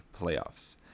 playoffs